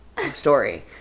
story